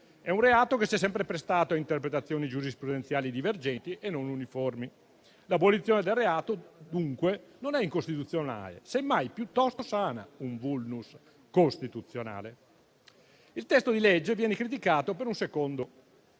È un reato che si è sempre prestato a interpretazioni giurisprudenziali divergenti e non uniformi. L'abolizione del reato, dunque, non è incostituzionale, semmai piuttosto sana un *vulnus* costituzionale. Il testo di legge viene criticato per un secondo motivo: